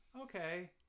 Okay